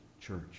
church